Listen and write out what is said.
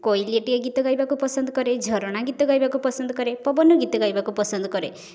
କୋଇଲିଟିଏ ଗୀତ ଗାଇବାକୁ ପସନ୍ଦ କରେ ଝରଣା ଗୀତ ଗାଇବାକୁ ପସନ୍ଦ କରେ ପବନ ଗୀତ ଗାଇବାକୁ ପସନ୍ଦ କରେ